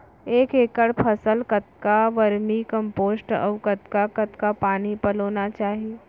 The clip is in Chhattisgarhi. एक एकड़ फसल कतका वर्मीकम्पोस्ट अऊ कतका कतका पानी पलोना चाही?